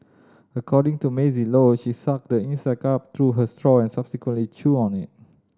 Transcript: according to Maisie Low she sucked the insect up through her straw and subsequently chewed on it